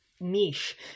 niche